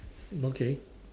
okay